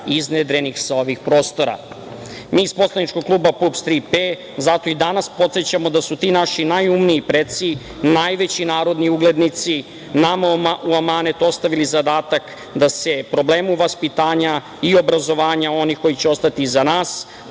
iznedrenih sa ovih prostora. Mi iz poslaničkog kluba PUPS – „Tri P“ zato i danas podsećamo da su ti naši najumniji preci, najveći narodni uglednici nama u amanet ostavili zadatak da se problemu vaspitanja i obrazovanja onih koji će ostati iza nas